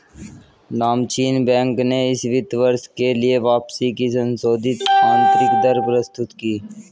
नामचीन बैंक ने इस वित्त वर्ष के लिए वापसी की संशोधित आंतरिक दर प्रस्तुत की